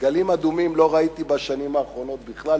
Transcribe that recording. דגלים אדומים לא ראיתי בשנים האחרונות בכלל,